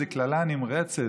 איזו קללה נמרצת,